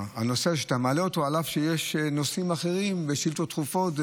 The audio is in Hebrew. אף שיש נושאים אחרים ושאילתות דחופות,